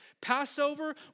Passover